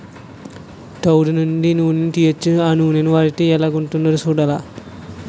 తవుడు నుండి నూనని తీయొచ్చు ఆ నూనని వాడితే ఎలాగుంటదో సూడాల